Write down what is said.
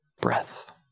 breath